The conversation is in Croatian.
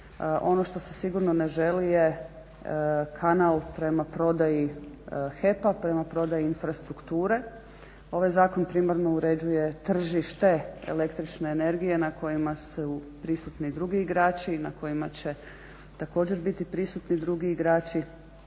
Ono što se sigurno ne želi je kanal prema prodaji HEP-a, prema prodaji infrastrukture. Ovaj zakon primarno uređuje tržište el.energije na kojima su prisutni drugi igrači i na kojima će također biti prisutni drugi igrači.